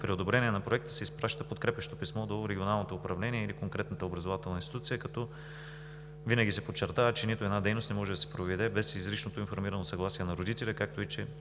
При одобрението на Проекта се изпраща подкрепящо писмо до регионалното управление или конкретната образователна институция, като винаги се подчертава, че нито една дейност не може да се проведе без изричното информирано съгласие на родителя и че